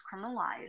criminalized